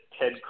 Ted